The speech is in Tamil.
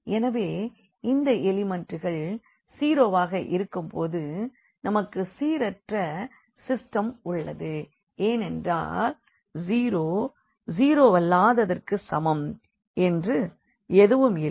எனவே இந்த எலிமண்ட்டுகள் 0 வாக இருக்கும் போது நமக்கு சீரற்ற சிஸ்டம் உள்ளது ஏனென்றால் 0 ஜீரோவல்லாததற்க்கு சமம் என்று எதுவும் இல்லை